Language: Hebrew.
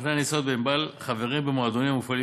סוכני הנסיעות ב"ענבל" חברים במועדונים המופעלים